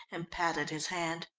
and patted his hand.